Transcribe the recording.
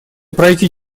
пройти